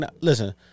Listen